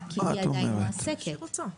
כי היא עדיין מועסקת,